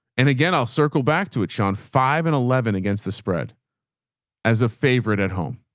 and again, i'll circle back to it. sean, five and eleven against the spread as a favorite at home.